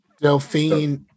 Delphine